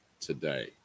today